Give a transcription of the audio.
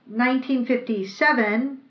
1957